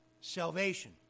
salvation